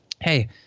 hey